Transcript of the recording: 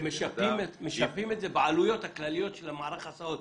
הם משפים את זה בעלויות הכלליות של מערך ההסעות.